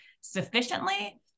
sufficiently